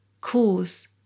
cause